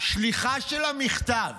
השליחה של המכתב